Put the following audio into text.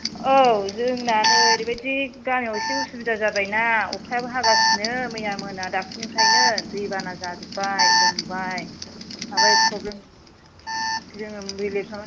औ जोंना नै ओरैबादि गामियाव एसे उसबिदा जाबायना अखायाबो हागासिनो मैया मोना दाखलिनिफ्रायनो दै बाना जाजोबबाय लोमबाय आमफ्राय फ्रबलेम जोङो